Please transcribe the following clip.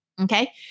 Okay